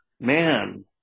man